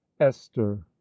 Esther